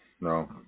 no